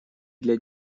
для